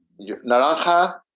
Naranja